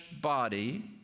body